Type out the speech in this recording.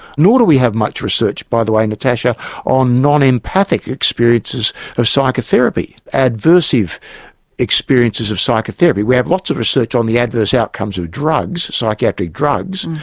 nor do we have much research by the way natasha on non-empathic experiences of psychotherapy, adverse experiences of psychotherapy. we have lots of research on the adverse outcomes of drugs, psychiatric drugs,